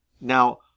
Now